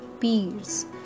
Peers